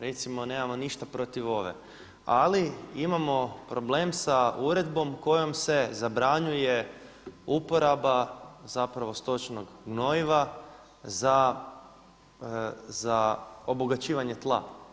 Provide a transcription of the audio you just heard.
Recimo nemamo ništa protiv ove, ali imamo problem sa uredbom kojom se zabranjuje uporaba stočnog gnojiva za obogaćivanje tla.